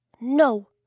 No